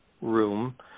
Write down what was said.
room